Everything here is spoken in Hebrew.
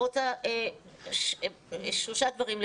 לסיום, שלושה דברים.